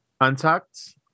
Untucked